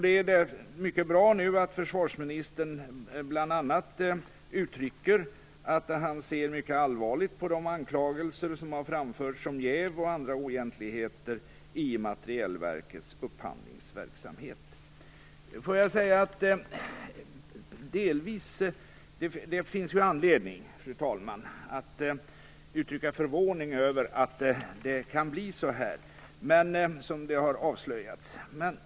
Det är nu mycket bra att försvarsministern bl.a. uttrycker att han ser mycket allvarligt på de anklagelser som har framförts om jäv och andra oegentligheter i Materielverkets upphandlingsverksamhet. Fru talman! Det finns anledning att uttrycka förvåning över att det kan bli så som det har avslöjats.